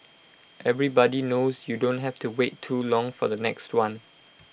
everybody knows you don't have to wait too long for the next one